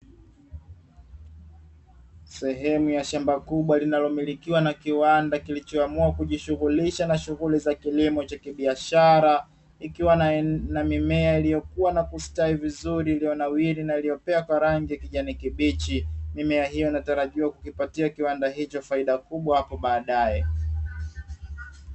Sehemu ya shamba kubwa linalomilikiwa na kiwanda kilichoamua kujishughulisha na shughuli za kilimo cha kibiashara ikiwa na mimea iliyokuwa na kustawi vizuri, iliyonawiri na iliyopea kwa rangi ya kijani kibichi mimea hiyo inatarajiwa kukipatia kiwanda hicho faida kubwa hapo baadae.